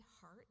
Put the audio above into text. heart